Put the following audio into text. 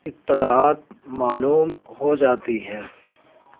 اطلاعات معلوم ہو جاتی ہیں